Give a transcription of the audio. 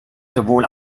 sowohl